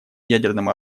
ядерным